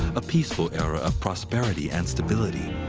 a peaceful era of prosperity and stability.